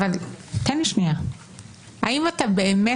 אם את באמת